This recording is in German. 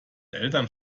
eltern